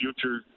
future